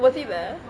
was he there